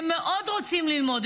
הם מאוד רוצים ללמוד,